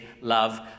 love